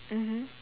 mmhmm